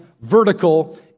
vertical